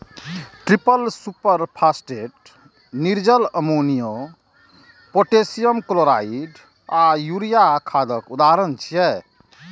triple superphosphate, निर्जल अमोनियो, potassium chloride आ यूरिया खादक उदाहरण छियै